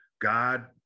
God